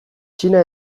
txina